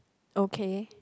okay